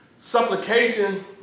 Supplication